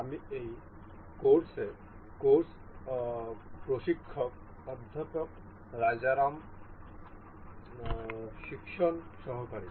আমি এই কোর্সে কোর্স প্রশিক্ষক অধ্যাপক রাজারামের শিক্ষণ সহকারী